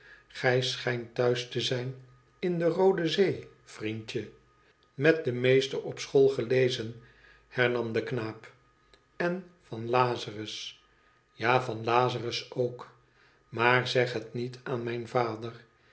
gij schijnt thuis te zijn in de roode zee vriendje met den meester op school gelezen hernam de knaap i n van lazarus a van lazarus ook maar zeg het niet aan mijn vader